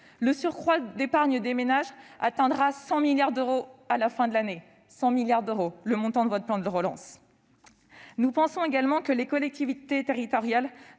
Le surcroît d'épargne des ménages atteindra 100 milliards d'euros à la fin de l'année, soit le montant de votre plan de relance. Nous pensons également que les collectivités territoriales